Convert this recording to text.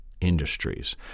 industries